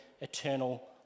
eternal